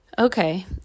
Okay